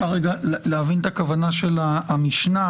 להבין את הכוונה של המשנה.